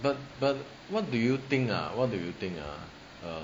but but what do you think ah what do you think ah